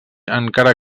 encara